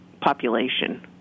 population